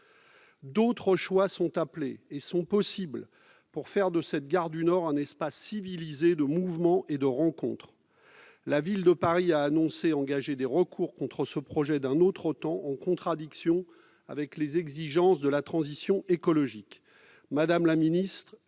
D'autres choix sont appelés, et sont possibles, pour faire de la gare du Nord un espace civilisé de mouvement et de rencontres. La Ville de Paris a annoncé qu'elle allait engager des recours contre ce projet d'un autre temps, en contradiction avec les exigences de la transition écologique. Madame la ministre,